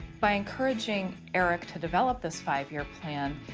by encouraging eric to develop this five-year plan,